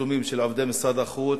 העיצומים של עובדי משרד החוץ,